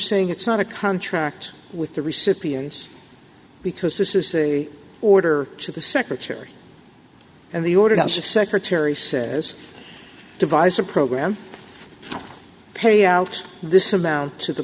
saying it's not a contract with the recipients because this is a order to the secretary and the order to the secretary says devise a program pay out this amount to the